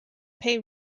pay